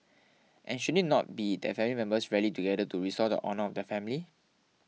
and should it not be that family members rally together to restore the honour of the family